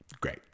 Great